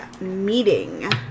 meeting